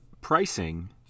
pricing